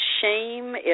shame